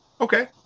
Okay